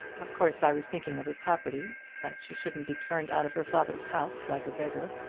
of course i was thinking of the property that she shouldn't be turned out of her father's house like a beggar.